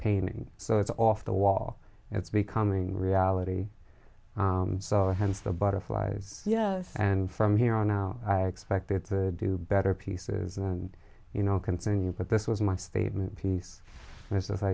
painting so it's off the wall it's becoming reality so hence the butterflies yeah and from here on out i expected to do better pieces and you know continue but this was my statement piece this is how